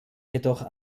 jedoch